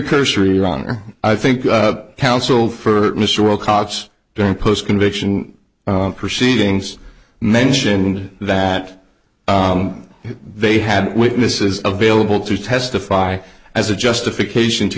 cursory run i think counsel for mr wilcox during post conviction proceedings mentioned that they had witnesses available to testify as a justification to